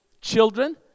Children